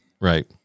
Right